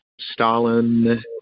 Stalin